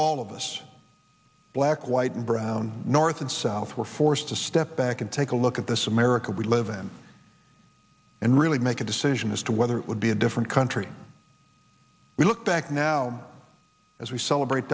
all of us black white and brown north and south were forced to step back and take a look at this america we live in and really make a decision as to whether it would be a different country we look back now as we celebrate